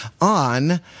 on